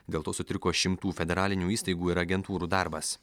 dėl to sutriko šimtų federalinių įstaigų ir agentūrų darbas